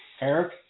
Eric